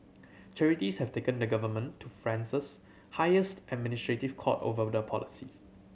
charities have taken the government to France's highest administrative court over the policy